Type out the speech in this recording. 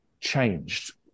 changed